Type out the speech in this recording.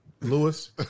Lewis